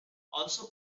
also